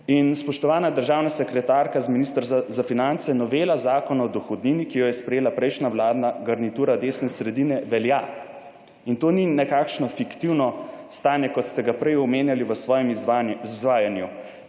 spoštovana državna sekretarka z Ministrstva za finance, novela Zakona o dohodnini, ki jo je sprejela prejšnja vladna garnitura desne sredine velja in to ni nekakšno fiktivno stanje, kot ste ga prej omenjali v svojem izvajanju.